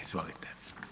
Izvolite.